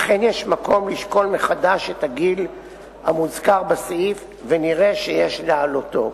אכן יש מקום לשקול מחדש את הגיל המוזכר בסעיף ונראה שיש להעלותו.